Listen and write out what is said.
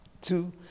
Two